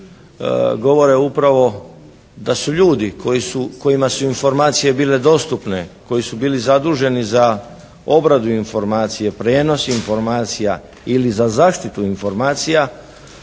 govore upravo da su ljudi kojima su informacije bile dostupne, koji su bili zaduženi za obradu informacije, prijenos informacija ili za zaštitu informacija